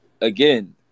again